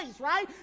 right